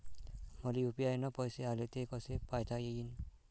मले यू.पी.आय न पैसे आले, ते कसे पायता येईन?